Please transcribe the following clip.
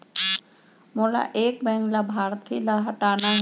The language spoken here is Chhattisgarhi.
मोला एक बैंक लाभार्थी ल हटाना हे?